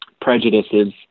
prejudices